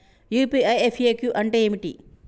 UPI FAQ అంటే ఏమిటి?